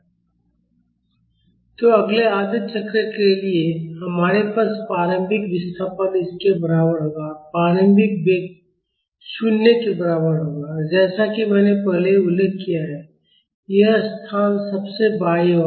At t t Tn2 तो अगले आधे चक्र के लिए हमारे पास प्रारंभिक विस्थापन इसके बराबर होगा और प्रारंभिक वेग 0 के बराबर होगा और जैसा कि मैंने पहले उल्लेख किया है यह स्थान सबसे बाईं ओर है